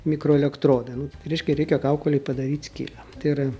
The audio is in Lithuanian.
mikroelektrodai reiškia reikia kaukolėj padaryt skylę tai yra